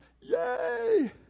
Yay